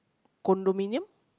condominium